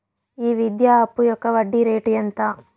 ఈ విద్యా అప్పు యొక్క వడ్డీ రేటు ఎంత?